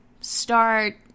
start